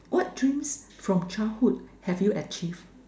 what dreams from childhood have you achieved